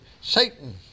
Satan